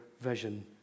vision